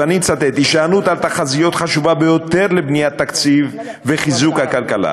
ואני מצטט: הישענות על תחזיות חשובה ביותר לבניית תקציב וחיזוק הכלכלה.